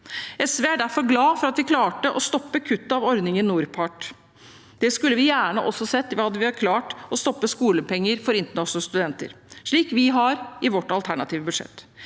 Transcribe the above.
SV er derfor glad for at vi klarte å stoppe kuttet av ordningen NORPART. Vi skulle gjerne også sett at man hadde klart å stoppe skolepenger for internasjonale studenter, slik vi har i vårt alternative budsjett.